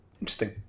Interesting